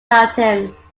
mountains